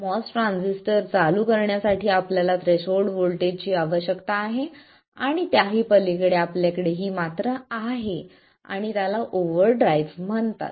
MOS transistor चालू करण्यासाठी आपल्याला थ्रेशोल्ड व्होल्टेजची आवश्यकता आहे आणि त्याही पलीकडे आपल्याकडे ही मात्रा आहे आणि त्याला ओव्हरड्राईव्ह म्हणतात